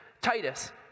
Titus